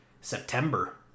September